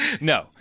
No